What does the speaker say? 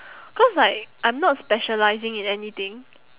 cause like I'm not specialising in anything